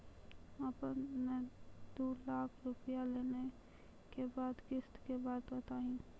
आपन ने दू लाख रुपिया लेने के बाद किस्त के बात बतायी?